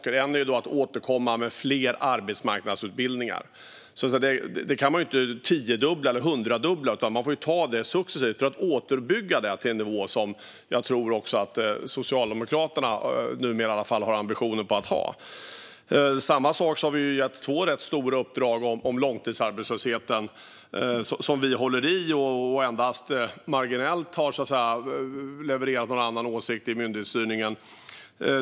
Ett är att återkomma med fler arbetsmarknadsutbildningar. Detta kan man inte tiodubbla eller hundradubbla, utan man får ta det successivt för att återuppbygga en nivå som jag tror att även Socialdemokraterna numera har ambitionen att ha. Vi har gett två stora uppdrag om långtidsarbetslösheten. Här håller vi i och har endast levererat en marginellt annan åsikt i myndighetsstyrningen.